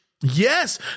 Yes